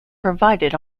provided